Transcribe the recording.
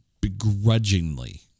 begrudgingly